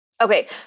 Okay